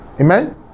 Amen